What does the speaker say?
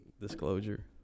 Disclosure